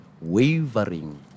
wavering